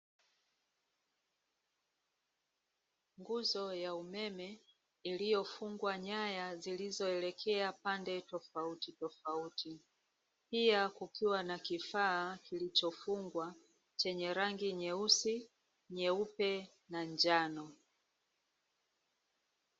Nguzo ya umeme iliyofungwa nyaya zilizoelekea pande tofauti tofauti, pia kukiwa na kifaa kilichofungwa chenye rangi nyeusi, nyeupe na njano.